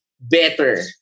better